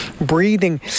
Breathing